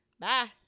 Bye